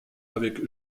avec